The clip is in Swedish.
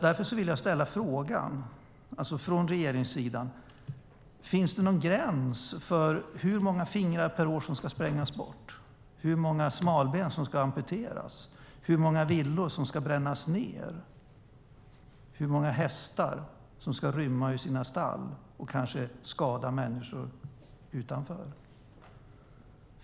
Därför vill jag fråga: Finns det från regeringens sida någon gräns för hur många fingrar per år som ska sprängas bort, hur många smalben som ska amputeras, hur många villor som ska brännas ned och hur många hästar som ska rymma ur sina stall och kanske skada människor utanför?